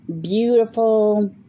beautiful